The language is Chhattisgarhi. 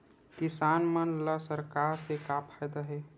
किसान मन ला सरकार से का फ़ायदा हे?